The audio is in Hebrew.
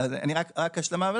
רק השלמה.